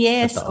Yes